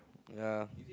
ya